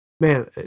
Man